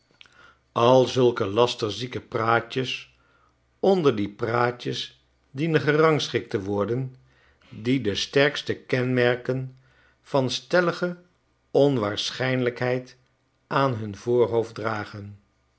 al zulke lasterzieke praatjes onder die praatjes dienen gerangschikt te worden die de sterkste kenmerken van stellige onwaarschijnlykheid aan hun voorhoofd dragen